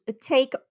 take